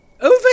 Over